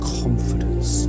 confidence